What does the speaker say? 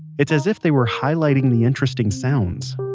it's as if they were highlighting the interesting sounds